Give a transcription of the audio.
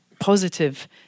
positive